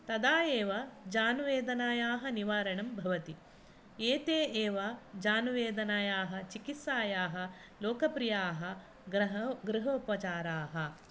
तदा एव जानुवेदनायाः निवारणं भवति एते एव जानुवेदनायाः चिकित्सायाः लोकप्रियाः ग्रह गृहोपचाराः